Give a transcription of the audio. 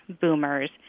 boomers